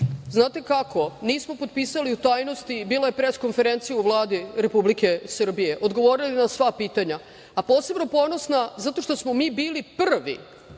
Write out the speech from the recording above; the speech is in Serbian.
kako, nismo potpisali u tajnosti, bila je pres konferencija u Vladi Republike Srbije i odgovorili smo na sva pitanja. Posebno sam ponosna zato što smo mi bili prvi